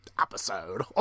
episode